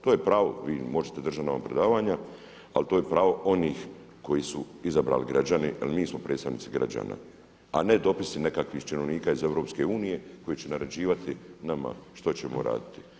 To je pravo vi možete držati nama predavanja, ali to je pravo onih koji su izabrali građani jel mi smo predstavnici građana, a ne dopisi nekakvih činovnika iz EU koji će naređivati nama što ćemo raditi.